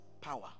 power